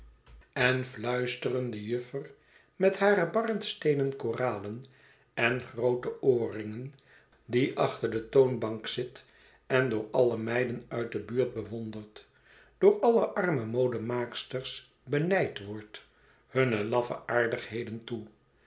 en fluisteren de juffer met hare barnsteenen koralen en groote oorringen die achter de toonbank een winkel op een ongelukkigen stand zit en door alle meiden uit de buurt bewonderd door alle arme modemaaksters benijd wordt hunne laffe aardigheden toe